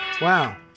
Wow